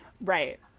Right